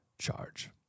charge